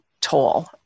toll